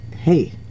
hey